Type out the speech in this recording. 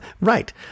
right